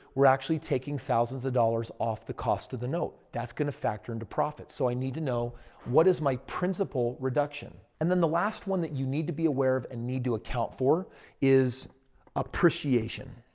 we're actually taking thousands of dollars off the cost of the note. that's going to factor into profits. so i need to know what is my principal reduction. and then the last one that you need to be aware of and need to account for is appreciation.